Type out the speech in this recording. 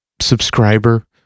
subscriber